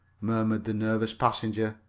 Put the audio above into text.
murmured the nervous passenger.